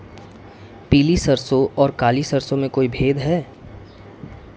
पीली सरसों और काली सरसों में कोई भेद है?